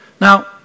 Now